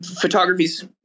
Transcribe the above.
photography's